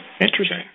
Interesting